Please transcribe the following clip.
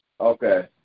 Okay